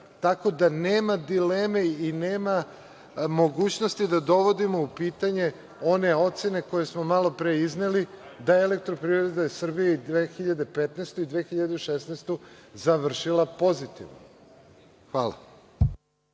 Tako da, nema dileme i nema mogućnosti da dovodimo u pitanje one ocene koje smo malopre izneli, da je EPS i 2015. i 2016. završila pozitivno. Hvala.